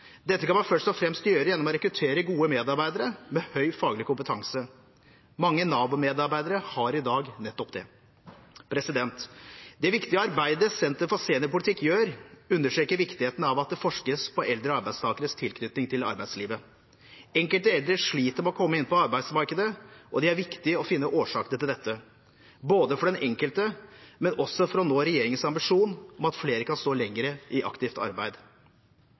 Dette kan man først og fremst gjøre gjennom å rekruttere gode medarbeidere med høy faglig kompetanse. Mange Nav-medarbeidere har i dag nettopp det. Det viktige arbeidet Senter for seniorpolitikk gjør, understreker viktigheten av at det forskes på eldre arbeidstakeres tilknytning til arbeidslivet. Enkelte eldre sliter med å komme inn på arbeidsmarkedet, og det er viktig å finne årsakene til dette – ikke bare for den enkelte, men også for å nå regjeringens ambisjon om at flere kan stå lenger i aktivt arbeid.